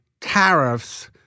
tariffs